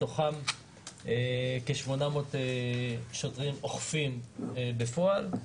מתוכם כ-800 שוטרים אוכפים בפועל.